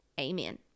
amen